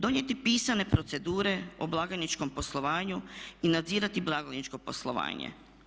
Donijeti pisane procedure o blagajničkom poslovanju i nadzirati blagajničko poslovanje.